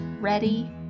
ready